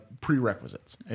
prerequisites